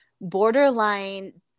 borderline